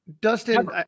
Dustin